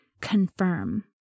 confirm